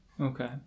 Okay